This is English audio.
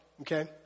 Okay